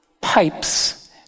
pipes